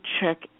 check